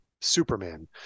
Superman